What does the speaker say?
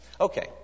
Okay